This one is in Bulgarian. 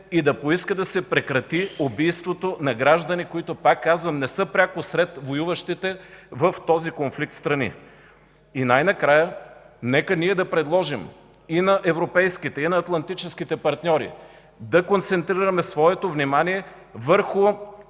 и да поиска да се прекрати убийството на граждани, които, пак казвам, не са пряко сред воюващите в този конфликт страни? И най-накрая, нека ние да предложим и на европейските, и на атлантическите партньори да концентрираме своето внимание върху